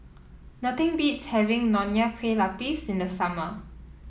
nothing beats having Nonya Kueh Lapis in the summer